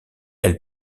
elle